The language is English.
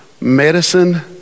medicine